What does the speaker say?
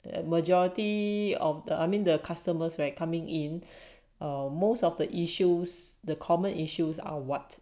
the majority of the I mean the customers were coming in most of the issues the common issues are what